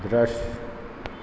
दृश्य